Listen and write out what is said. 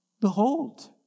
Behold